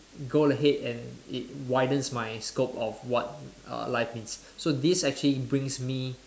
go ahead and it widens my scope of what err life means so this actually brings me